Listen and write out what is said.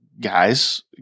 guys